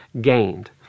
gained